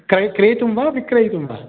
क्र क्रेतुं वा विक्रेतुं वा